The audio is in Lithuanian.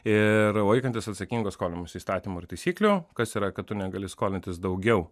ir laikantis atsakingo skolinimosi įstatymų ir taisyklių kas yra kad tu negali skolintis daugiau